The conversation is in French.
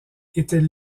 était